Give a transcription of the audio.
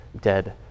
dead